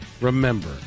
remember